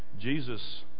Jesus